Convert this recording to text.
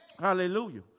Hallelujah